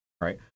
right